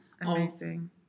amazing